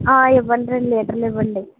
ఇవ్వండి రెండు లీటర్లు ఇవ్వండి